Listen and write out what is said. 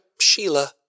Sheila